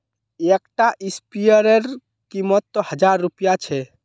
एक टा स्पीयर रे कीमत त हजार रुपया छे